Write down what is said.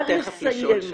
אני אתן לך תיכף לשאול שאלה.